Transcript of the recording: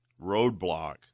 roadblock